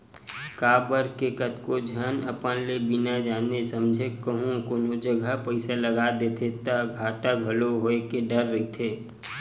काबर के कतको झन अपन ले बिना जाने समझे कहूँ कोनो जगा पइसा लगा देथे ता घाटा घलो होय के डर रहिथे